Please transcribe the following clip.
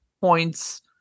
points